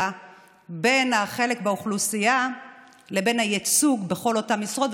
בין החלק באוכלוסייה לבין הייצוג בכל אותן משרות.